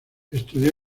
estudió